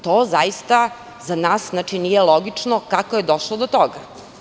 To zaista za nas nije logično kako je došlo do toga.